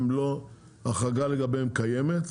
ההחרגה לגביהם קיימת,